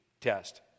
test